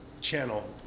channel